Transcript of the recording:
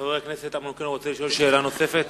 חבר הכנסת אמנון כהן מבקש לשאול שאלה נוספת?